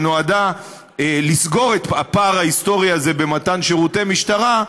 שנועדה לסגור את הפער ההיסטורי הזה במתן שירותי משטרה,